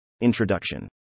Introduction